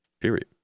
Period